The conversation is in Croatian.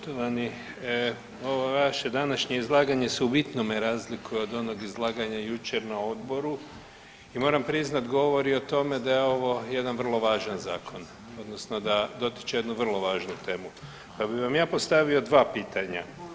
Poštovani ovo vaše današnje izlaganje se u bitnome razlikuje od onog izlaganja jučer na odboru i moram priznati govori o tome da je ovo jedan vrlo važan zakon, odnosno da dotiče jednu vrlo važnu temu pa bih vam ja postavio dva pitanja.